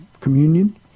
communion